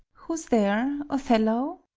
who's there? othello?